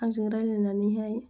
आंजों रायज्लायनानैहाय